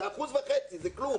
זה 1.5%, זה כלום.